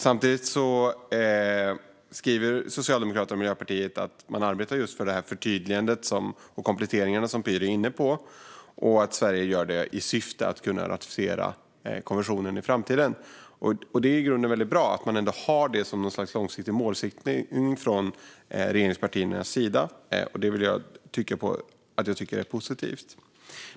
Samtidigt skriver Socialdemokraterna och Miljöpartiet att man arbetar för det förtydligande och de kompletteringar som Pyry är inne på och att Sverige gör det i syfte att kunna ratificera konventionen i framtiden. Det är i grunden väldigt bra att man ändå har det som något slags långsiktig målsättning från regeringspartiernas sida. Jag tycker att det är positivt.